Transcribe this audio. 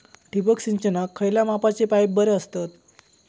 ठिबक सिंचनाक खयल्या मापाचे पाईप बरे असतत?